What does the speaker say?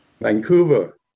Vancouver